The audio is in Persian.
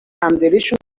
همدلیشون